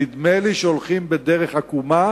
נדמה לי שהולכים בדרך עקומה,